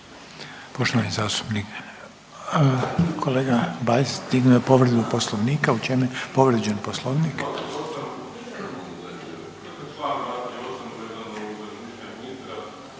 Poštovani zastupnik, kolega Bajs dignuo je povredu Poslovnika.